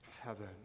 Heaven